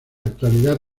actualidad